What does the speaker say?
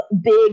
big